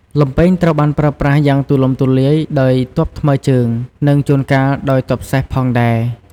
លំពែងត្រូវបានប្រើប្រាស់យ៉ាងទូលំទូលាយដោយទ័ពថ្មើរជើង និងជួនកាលដោយទ័ពសេះផងដែរ។